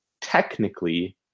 technically